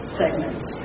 segments